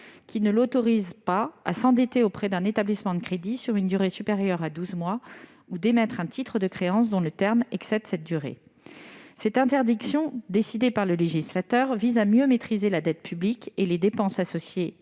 qui ne l'autorise pas à s'endetter auprès d'un établissement de crédit sur une durée supérieure à douze mois ou d'émettre un titre de créance dont le terme excéderait cette durée. Cette interdiction, décidée par le législateur, vise à mieux maîtriser la dette publique et les dépenses associées